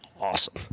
awesome